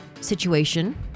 situation